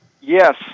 Yes